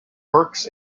works